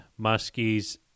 muskies